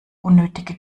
unnötige